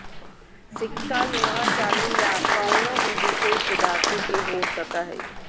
सिक्का लोहा चांदी या कउनो भी विशेष धातु के हो सको हय